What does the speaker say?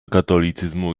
katolicyzmu